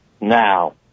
now